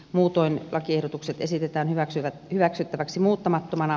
muutoin lakiehdotukset esitetään hyväksyttäväksi muuttamattomana